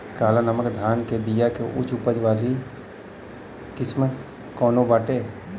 काला नमक धान के बिया के उच्च उपज वाली किस्म कौनो बाटे?